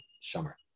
summer